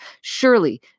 Surely